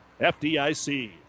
FDIC